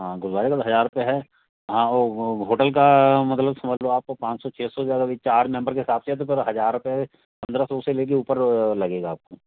हाँ गुरुद्वारे का तो हज़ार रुपये है हाँ वह होटल का मतलब समझ लो आपको पाँच सौ छः सौ से ज़्यादा वही चार मेंबर के हिसाब से है तो हज़ार रुपये पंद्रह सौ से लेकर ऊपर लगेगा आपको